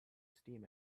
steam